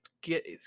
get